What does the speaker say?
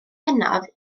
pennaf